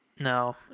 no